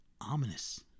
ominous